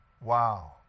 Wow